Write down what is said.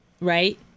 right